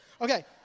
Okay